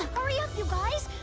hurry up you guys.